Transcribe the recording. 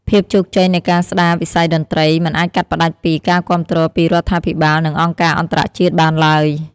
ភាពជោគជ័យនៃការស្តារវិស័យតន្ត្រី មិនអាចកាត់ផ្តាច់ពី ការគាំទ្រពីរដ្ឋាភិបាល និងអង្គការអន្តរជាតិបានទ្បើយ។